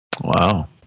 Wow